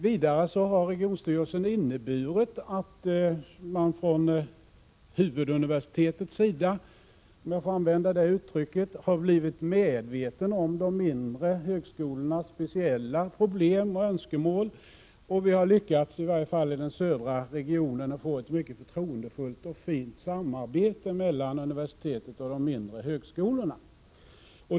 Vidare har regionstyrelsen inneburit att man från huvuduniversitetets sida, om jag får använda det uttrycket, har blivit medveten om de mindre högskolornas speciella problem och önskemål. Vi har lyckats, i varje fall i den södra regionen, att få ett mycket förtroendefullt och fint samarbete mellan universitetet och de mindre högskolorna.